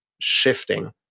shifting